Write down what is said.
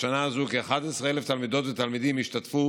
בשנה הזו כ-11,000 תלמידות ותלמידים השתתפו